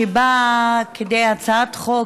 הצעת חוק,